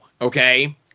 okay